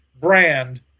brand